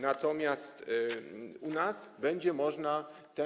Natomiast u nas będzie można to